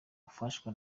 afashwa